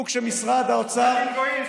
סטודנטים גויים.